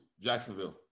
Jacksonville